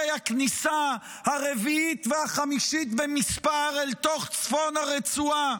הכניסה הרביעית והחמישית במספר אל תוך צפון הרצועה,